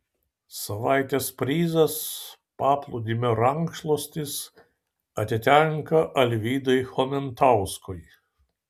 savaitės prizas paplūdimio rankšluostis atitenka alvydui chomentauskui